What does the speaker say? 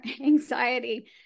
anxiety